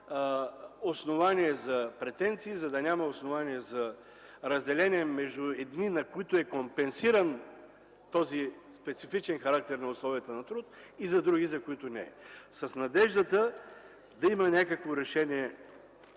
основания за претенции, за да няма основания за разделение между едни, на които е компенсиран този специфичен характер на условията на труд, и други, за които не е. С надеждата да има някакво решение